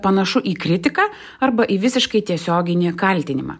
panašu į kritiką arba į visiškai tiesioginį kaltinimą